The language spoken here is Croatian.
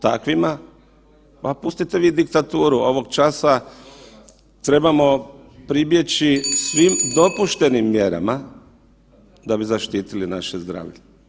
Takvima, ma pustite vi diktaturu, ovog časa trebamo pribjeći svim dopuštenim mjerama da bi zaštitili naše zdravlje.